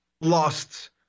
lost